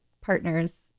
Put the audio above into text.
partners